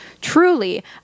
Truly